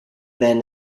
then